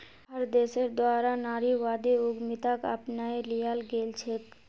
हर देशेर द्वारा नारीवादी उद्यमिताक अपनाए लियाल गेलछेक